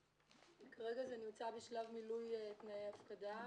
כרגע זה נמצא בשלב מילוי תנאי ההפקדה.